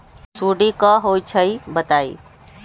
सुडी क होई छई बताई?